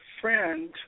friend